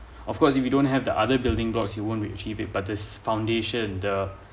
of course if you don't have the other building blocks you won't achieve it but this foundation the